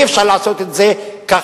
אי-אפשר לעשות את זה ככה